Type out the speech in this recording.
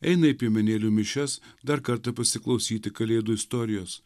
eina į piemenėlių mišias dar kartą pasiklausyti kalėdų istorijos